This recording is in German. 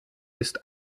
ist